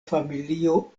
familio